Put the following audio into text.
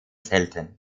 selten